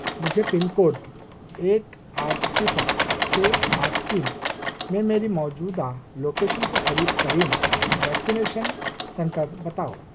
مجھے pin code ایک آٹھ صفر چھ آٹھ تین میں میری موجودہ لوکیشن سے قریب ترین ویکسینیشن سینٹر بتاؤ